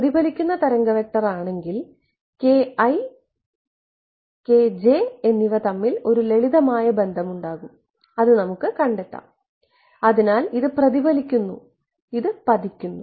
പ്രതിഫലിപ്പിക്കുന്ന തരംഗ വെക്റ്റർ ആണെങ്കിൽ എന്നിവ തമ്മിൽ ഒരു ലളിതമായ ബന്ധം ഉണ്ടാകും അത് നമുക്ക് കണ്ടെത്താം അതിനാൽ ഇത് പ്രതിഫലിക്കുന്നു ഇത് പതിക്കുന്നു